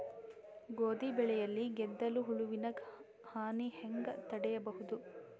ಗೋಧಿ ಬೆಳೆಯಲ್ಲಿ ಗೆದ್ದಲು ಹುಳುವಿನ ಹಾನಿ ಹೆಂಗ ತಡೆಬಹುದು?